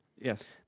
Yes